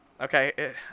okay